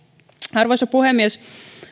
arvoisa puhemies